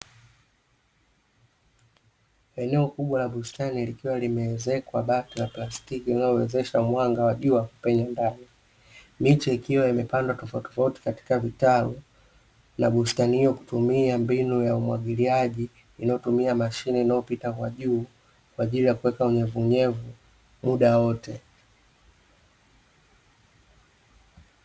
Eneo kubwa la bustani likiwa limeezekwa bati la plastiki, linalowezesha mwanga wa jua kupenya ndani. Miche ikiwa imepandwa tofautitofauti katika vitalu, na bustani hiyo kutumia mbinu ya umwagiliaji inayoutumia mashine inayopita kwa juu, kwa ajili ya kuweka unyevunyevu muda wote.